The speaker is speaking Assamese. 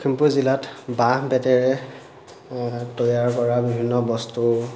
লখিমপুৰ জিলাত বাঁহ বেতেৰে তৈয়াৰ কৰা বিভিন্ন বস্তু